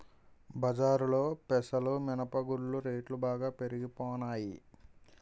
బజారులో పెసలు మినప గుళ్ళు రేట్లు బాగా పెరిగిపోనాయి